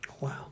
Wow